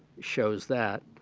shows that.